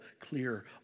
clear